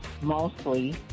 mostly